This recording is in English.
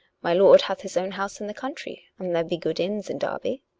my lord hath his own house in the country, and there be good inns in derby.